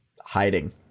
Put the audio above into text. hiding